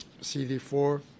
CD4